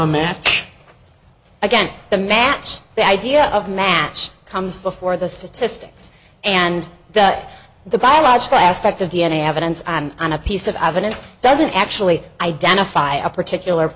a match again the match the idea of match comes before the statistics and that the biological aspect of d n a evidence on a piece of evidence doesn't actually identify a particular